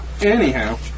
Anyhow